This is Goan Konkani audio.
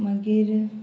मागीर